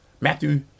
Matthew